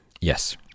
Yes